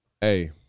hey